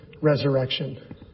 resurrection